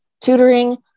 tutoring